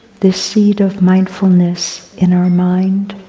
this seed of mindfulness in our mind,